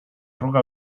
arruga